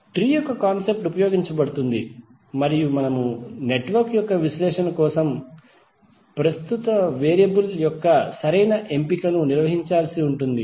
tree యొక్క concept ఉపయోగించబడుతుంది మనము నెట్వర్క్ యొక్క విశ్లేషణ కోసం ప్రస్తుత వేరియబుల్ యొక్క సరైన ఎంపికను నిర్వహించాల్సి ఉంటుంది